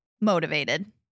motivated